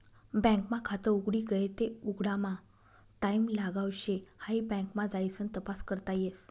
bank मा खात उघडी गये की उघडामा टाईम लागाव शे हाई बँक मा जाइसन तपास करता येस